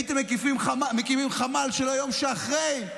הייתם מקימים חמ"ל של היום שאחרי,